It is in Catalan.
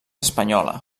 espanyola